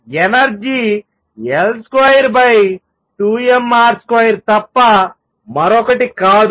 energy L22mR2 తప్ప మరొకటి కాదు